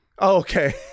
Okay